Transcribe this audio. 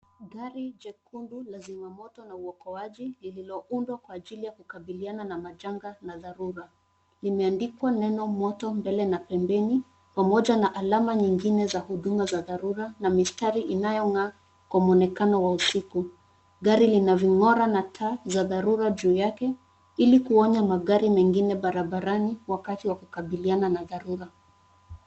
Gari jekundu la zima moto na uokoaji lililoundwa kwa ajili ya kukabiliana na majanga na dharura. Limeandikwa neno moto mbele na pembeni, pamoja na alama nyingine za huduma za dharura na mistari inayong'aa kwa mwonekano wa usiku. Gari lina ving'ora na taa za dharura juu yake ilikuonya magari mengine barabarani wakati wa kukabiliana na dharura.